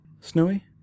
Snowy